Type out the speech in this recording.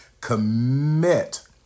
Commit